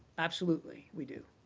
absolutely we do.